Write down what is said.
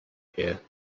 here